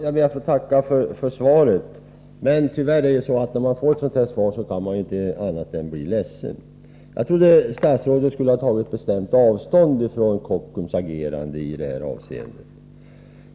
Herr talman! Jag ber att få tacka för svaret. När man får ett sådant här svar kan man inte annat än bli ledsen. Jag trodde att statsrådet bestämt skulle ha tagit avstånd från Kockums agerande i det här avseendet.